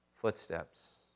footsteps